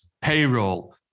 payroll